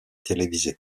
télévisée